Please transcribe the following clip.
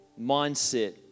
mindset